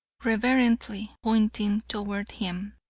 reverently pointing toward him,